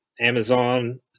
Amazon